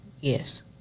Yes